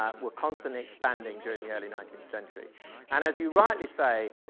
were constantly expanding during the early nineteenth century and as you rightly say,